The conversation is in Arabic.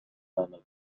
أمام